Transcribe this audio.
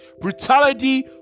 brutality